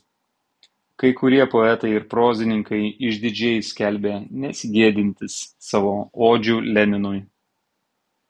kai kurie poetai ir prozininkai išdidžiai skelbė nesigėdintys savo odžių leninui